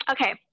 okay